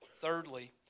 Thirdly